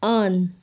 on